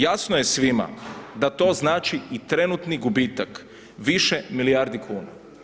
Jasno je svima da to znači i trenutni gubitak više milijardi kuna.